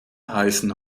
heißen